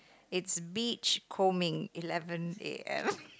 it's beach combing eleven A_M